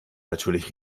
natürlich